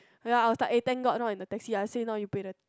ya I was like eh thank god not in the taxi I say now you pay the